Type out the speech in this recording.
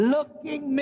Looking